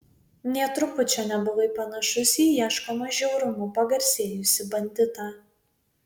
nė trupučio nebuvai panašus į ieškomą žiaurumu pagarsėjusį banditą